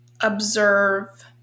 observe